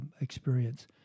experience